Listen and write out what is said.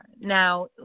Now